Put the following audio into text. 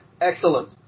Excellent